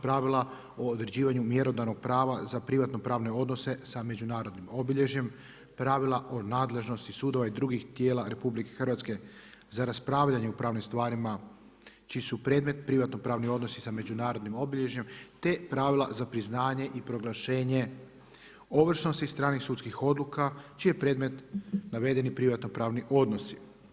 Pravila o određivanju mjerodavnog prava za privatno pravne odnose sa međunarodnim obilježjem, pravila o nadležnosti sudova i drugih tijela RH, za raspravljanje u pravnim stvarima čiji su predmet privatno pravni odnosi sa međunarodnim obilježjem, te pravila za priznanje i proglašenje ovršnosti stranih sudskih odluka, čiji je predmet navedeni privatno pravni odnosi.